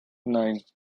nine